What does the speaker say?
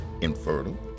infertile